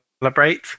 celebrate